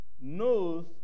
knows